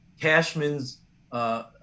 Cashman's –